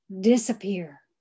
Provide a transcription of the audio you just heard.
disappear